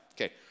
okay